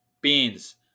beans